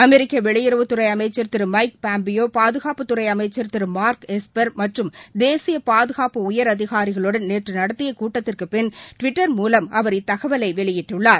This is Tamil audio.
அமெரிக்க வெளியுறவுத்துறை அமைச்சர் திரு எமக் பாம்பியோ பாதுகாப்புத்துறை அமைச்சர் திரு மார்க் எஸ்பர் மற்றும் தேசிய பாதுகாப்பு உயரதிகாரிகளுடன் நேற்று நடத்திய கூட்டத்திற்குப் பின்னர் டுவிட்டர் மூலம் அவர் இத்தகவலை வெளியிட்டுள்ளார்